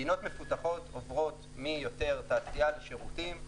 מדינות מפותחות עוברות מיותר תעשייה לשירותים.